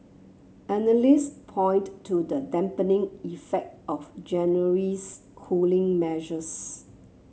analysts point to the dampening effect of January's cooling measures